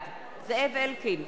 בעד זאב אלקין,